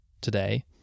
today